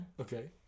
Okay